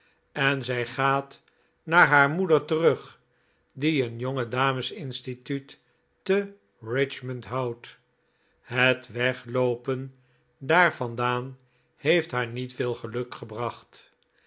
en zij gaat naar haar moeder terug die een jonge dames instituut te richmond houdt het wegloopen daar vandaan heeft haar niet veel geluk gebracht